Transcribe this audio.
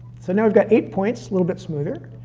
so now we've got eight points, a little bit smoother.